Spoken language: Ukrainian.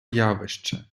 явище